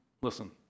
listen